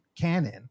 canon